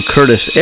Curtis